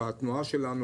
בתנועה שלנו,